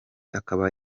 akaba